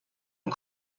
and